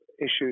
issues